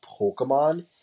Pokemon